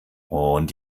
und